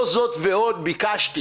לא זאת ועוד, אני ביקשתי